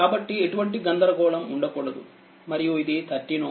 కాబట్టిఎటువంటి గందరగోళం ఉండకూడదు మరియు ఇది 13 Ω